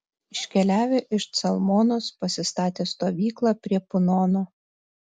iškeliavę iš calmonos pasistatė stovyklą prie punono